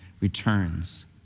returns